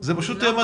זה מדהים.